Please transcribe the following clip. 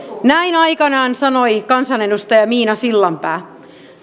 näin aikanaan sanoi kansanedustaja miina sillanpää